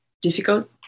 difficult